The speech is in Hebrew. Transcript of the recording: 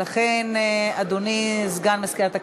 אדוני סגן מזכירת הכנסת,